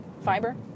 fiber